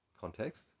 context